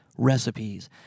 recipes